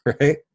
Right